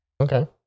okay